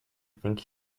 think